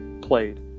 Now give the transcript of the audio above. played